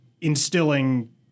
instilling